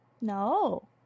No